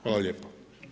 Hvala lijepa.